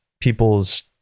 people's